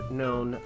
known